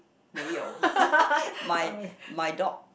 没有 my my dog